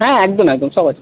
হ্যাঁ একদম একদম সব আছে